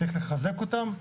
צריך לחזק אותם,